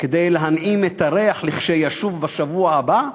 כדי להנעים את הריח כשישוב בשבוע הבא?